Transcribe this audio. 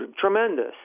tremendous